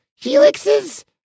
helixes